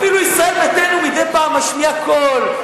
אפילו ישראל ביתנו מדי פעם משמיעה קול,